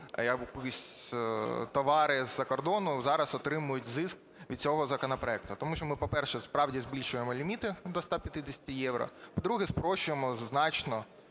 якісь товари з-за кордону, зараз отримують зиск від цього законопроекту. Тому що ми, по-перше, справді збільшуємо ліміти до 150 євро, по-друге, спрощуємо значно